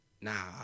Nah